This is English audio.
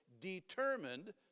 determined